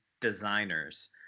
designers